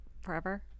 forever